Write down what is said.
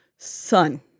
son